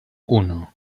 uno